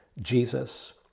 Jesus